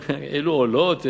הם העלו עולות.